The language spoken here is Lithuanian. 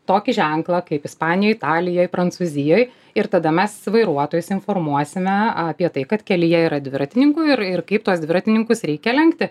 tokį ženklą kaip ispanijoj italijoj prancūzijoj ir tada mes vairuotojus informuosime apie tai kad kelyje yra dviratininkų ir ir kaip tuos dviratininkus reikia lenkti